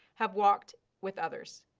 have walked with others.